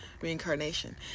reincarnation